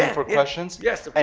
for questions. yes, and